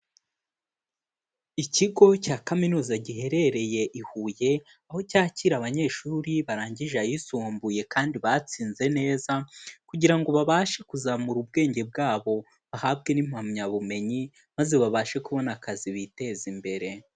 Ikigo cya Kaminuza giherereye i Huye, aho cyakira abanyeshuri barangije ayisumbuye kandi batsinze neza, kugira ngo babashe kuzamura ubwenge bwabo bahabwe n'impamyabumenyi, maze babashe kubona akazi biteze imbere.